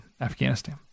Afghanistan